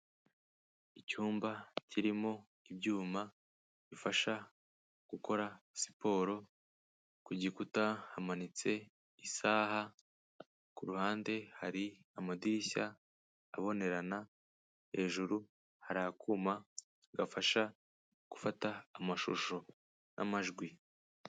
Icyumba kirimo ibyuma, bifasha gukora siporo, ku gikuta hamanitse isaha, ku ruhande hari amadirishya abonerana, hejuru hari akuma, gafasha gufata amashusho n'amajwi.